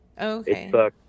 Okay